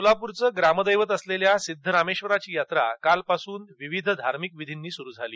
सोलापूरचे ग्रामदैवत सिद्धरामेश्वराची यात्रा कालपासून विविध धार्मिक विधीने सुरु झाली